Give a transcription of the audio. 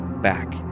back